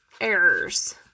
errors